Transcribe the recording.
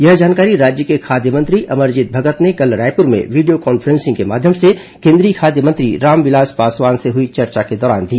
यह जानकारी राज्य के खाद्य मंत्री अमरजीत भगत ने कल रायपुर में वीडियो कॉन्फ्रेंसिंग के माध्यम से केंद्रीय खाद्य मंत्री रामविलास पासवान से हई चर्चा के दौरान दी